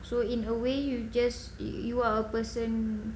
so in a way you just you are a person